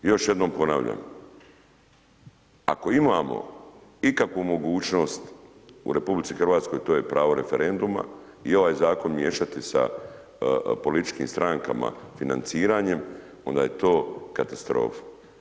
I još jednom ponavljam, ako imamo ikakvu mogućnost u RH, to je pravo referenduma i ovaj zakon miješati sa političkim strankama, financiranjem onda je to katastrofa.